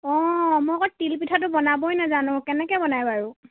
অঁ মই আকৌ তিল পিঠাটো বনাবই নাজানো কেনেকৈ বনায় বাৰু